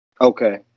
okay